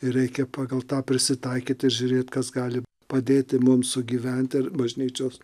ir reikia pagal tą prisitaikyti ir žiūrėt kas gali padėti mums sugyventi ir bažnyčios